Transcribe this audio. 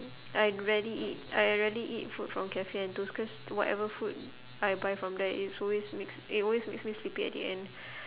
I rarely eat I rarely eat food from kaffe and toast cause whatever food I buy from there it's always makes it always makes me sleepy at the end